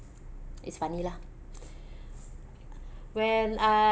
it's funny lah when